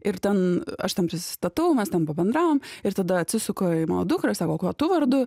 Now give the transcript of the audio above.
ir ten aš ten prisistatau mes ten pabendravom ir tada atsisuka į mano dukrą sako kuo tu vardu